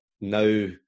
now